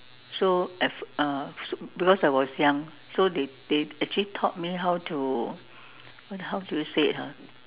so at f~ uh so because I was young so they they actually taught me how to how do you say it ah